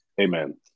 Amen